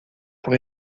pour